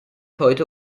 heute